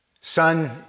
Son